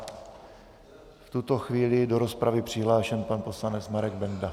V tuto chvíli je do rozpravy přihlášen pan poslanec Marek Benda.